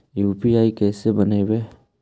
UPI कैसे बनइबै?